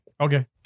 Okay